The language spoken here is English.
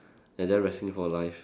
and then resting for life